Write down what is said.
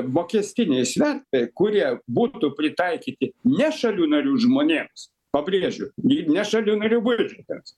mokestiniai svertai kurie būtų pritaikyti ne šalių narių žmonėms pabrėžiu i ne šalių narių biudžetams